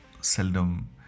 seldom